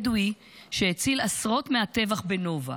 בדואי שהציל עשרות מהטבח בנובה,